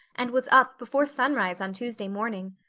and was up before sunrise on tuesday morning.